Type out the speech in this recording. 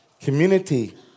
Community